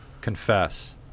confess